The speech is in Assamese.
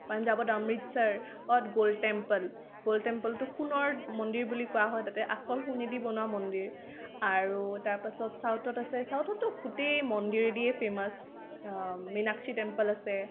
পঞ্জাৱত অমৃতসৰত গল্ড টেম্প'ল গল্ড টেম্প'লটো সোণৰ মন্দিৰ বুলি কোৱা হয় তাতে আচল সোণেদি বনোৱা মন্দিৰ আৰু তাৰপিছত ছাউথত আছে ছাউথততো গোটেই মন্দিৰেদিয়েই ফেমাছ মিনাক্ষী টেম্প'ল আছে